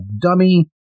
dummy